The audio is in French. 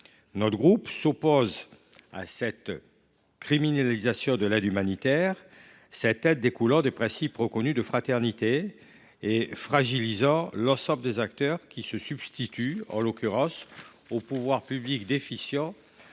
Notre groupe s’oppose à cette criminalisation de l’aide humanitaire, laquelle découle du principe – reconnu – de fraternité, car elle fragilise l’ensemble des acteurs qui se substituent, en l’occurrence, aux pouvoirs publics déficients